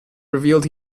revealed